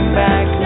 back